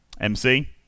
MC